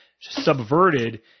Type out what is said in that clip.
subverted